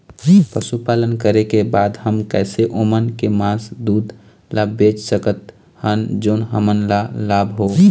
पशुपालन करें के बाद हम कैसे ओमन के मास, दूध ला बेच सकत हन जोन हमन ला लाभ हो?